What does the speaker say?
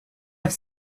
have